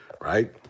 right